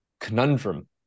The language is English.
conundrum